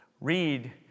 Read